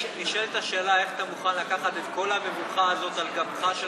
נשאלת השאלה איך אתה מוכן לקחת את כל המבוכה הזאת על גבך שלך?